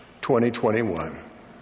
2021